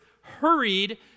hurried